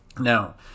Now